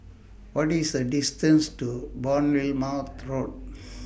What IS The distance to Bournemouth Road